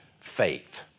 faith